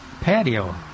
patio